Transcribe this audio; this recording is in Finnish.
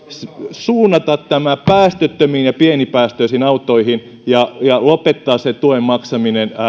suunnata tämä päästöttömiin ja pienipäästöisiin autoihin ja ja lopettaa se tuen maksaminen